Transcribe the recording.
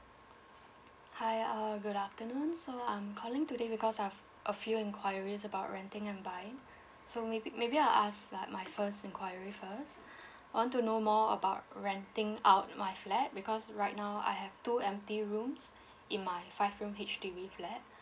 hi err good afternoon so I'm calling today because I've a few enquiries about renting and buying so maybe maybe I'll ask like my first enquiry first I want to know more about renting out my flat because right now I have two empty rooms in my five room H_D_B flat